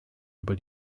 über